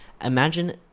Imagine